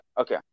okay